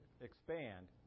expand